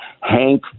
Hank